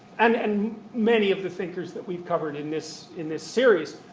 and and many of the thinkers that we've covered in this in this series,